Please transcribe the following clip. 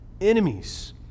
enemies